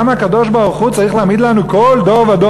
למה הקדוש-ברוך-הוא צריך להעמיד לנו כל דור ודור